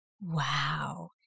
Wow